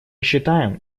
считаем